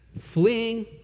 Fleeing